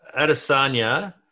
Adesanya